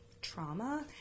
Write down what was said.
trauma